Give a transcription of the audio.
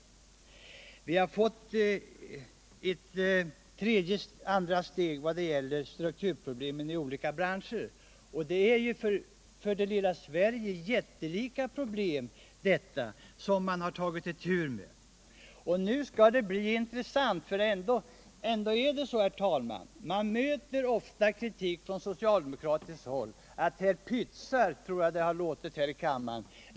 och vi har föreslagit åtgärder som ett andra steg för att bekämpa strukturproblemen inom olika branscher. Det är ju för det lilla Sverige jättelika problem som man har tagit itu med. Man möter, herr talman, ofta kritik från socialdemokratiskt håll för att regeringen, som jag tror det heter.